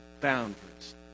boundaries